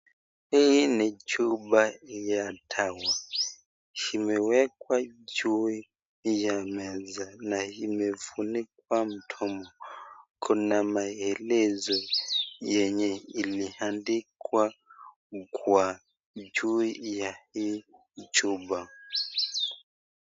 Hii ni chupa ya dawa, imewekwa juu ya meza na imefunikwa mdomo, kuna maelezo yenye iliandikwa juu ya hii chupa.